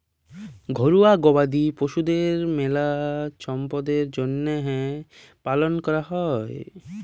ঘরুয়া গবাদি পশুদের মেলা ছম্পদের জ্যনহে পালন ক্যরা হয়